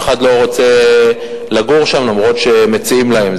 אחד לא רוצה לגור שם אף-על-פי שמציעים להם.